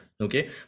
Okay